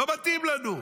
לא מתאים לנו,